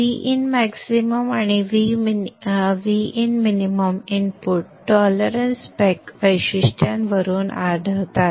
Vinmax आणि Vinmin input tolerance spec वैशिष्ट्यावरून आढळतात